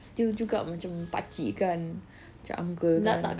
still juga macam pakcik kan macam uncle kan